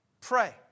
Pray